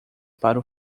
para